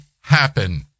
happen